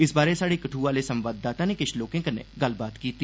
इस बारै स्हाड़े कठ्आ आहले संवाददाता नै किश लोके कन्नै गल्लबात कीती